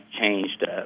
changed